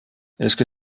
esque